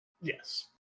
Yes